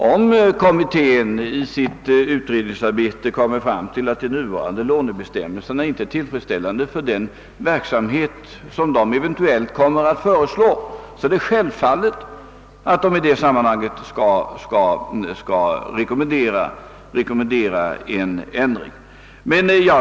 Om kommittén i sitt utredningsarbete kommer fram till att de nuvarande lånebestämmelserna inte är tillfredsställande för den verksamhet kommittén eventuellt kommer att föreslå, skall den självfallet rekommendera en ändring.